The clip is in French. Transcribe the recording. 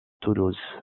toulouse